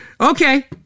Okay